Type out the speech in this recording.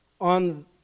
on